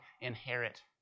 inherit